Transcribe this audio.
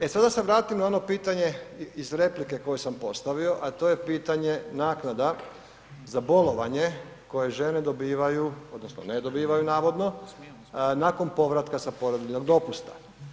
E sada se vratimo na ono pitanje iz replike koje sam postavio a to je pitanje naknada za bolovanje koje žene dobivaju odnosno ne dobivaju navodno, nakon povratka sa porodiljnog dopusta.